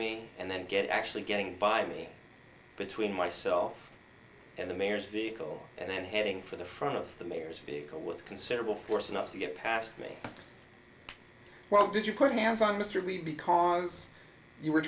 me and then get actually getting by me between myself and the mayor's vehicle and then heading for the front of the mayor's vehicle with considerable force enough to get past me well did you quit hands on mr b because you were